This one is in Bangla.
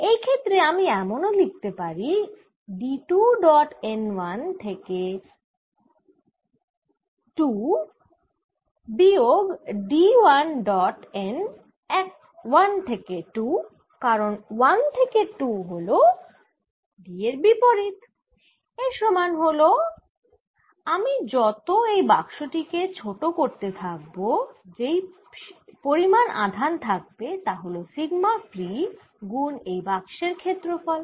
এই ক্ষেত্রে আমি এমন ও লিখতে পারি D 2 ডট n 1 থেকে 2 বিয়োগ D 1 ডট n 1 থেকে 2 কারণ 1 থেকে 2 হল এর বিপরীত এর সমান হল আমি যত এই বাক্স টি কে ছোট করতে থাকব যেই পরিমান আধান থাকবে তা হল সিগমা ফ্রী গুন এই বাক্সের ক্ষেত্রফল